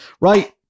Right